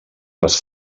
les